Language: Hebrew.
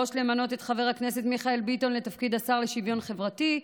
3. למנות את חבר הכנסת מיכאל ביטון לתפקיד השר לשוויון חברתי,